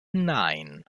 nein